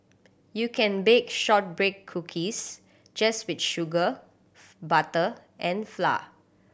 you can bake shortbread cookies just with sugar butter and flour